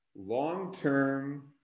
long-term